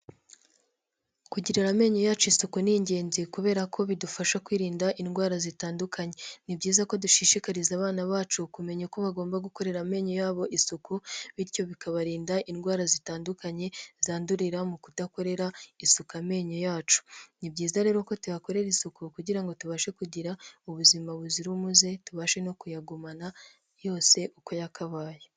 Kugirira amenyo yacu isuku ni ingenzi kubera ko bidufasha kwirinda indwara zitandukanye. Ni byiza ko dushishikariza abana bacu kumenya ko bagomba gukorera amenyo yabo isuku, bityo bikabarinda indwara zitandukanye zandurira mu kudakorera isuka amenyo yacu. Ni byiza rero ko tuyakorera isuku kugira ngo tubashe kugira ubuzima buzira umuze tubashe no kuyagumana yose uko yakabaye.